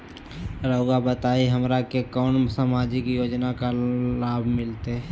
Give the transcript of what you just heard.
रहुआ बताइए हमरा के कैसे सामाजिक योजना का लाभ मिलते?